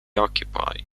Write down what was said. occupy